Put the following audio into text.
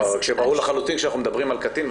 אבל ברור לחלוטין שכשאנחנו מדברים על קטין,